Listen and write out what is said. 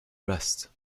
rest